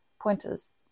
pointers